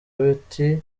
bati